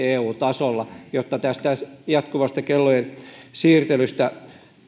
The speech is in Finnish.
eu tasolla jotta tästä jatkuvasta kellojen siirtelystä